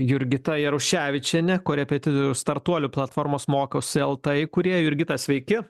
jurgita jaruševičienė korepetitorių startuolių platformos mokausi lt įkūrėja jurgita sveiki